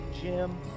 Jim